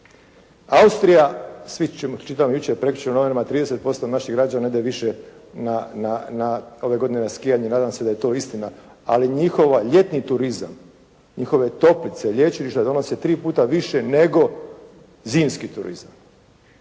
Austrija svi ćemo, čitam jučer, prekjučer u novinama 30% naših građana ne ide više, ove godine na skijanje i nadam se da je to istina, ali njihova ljetni turizam, njihove toplice, lječilišta donose tri puta više nego zimski turizam.